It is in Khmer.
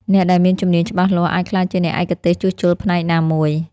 អ្នកដែលមានជំនាញច្បាស់លាស់អាចក្លាយជាអ្នកឯកទេសជួសជុលផ្នែកណាមួយ។